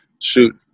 Shoot